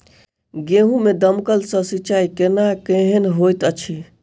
गेंहूँ मे दमकल सँ सिंचाई केनाइ केहन होइत अछि?